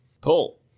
Pull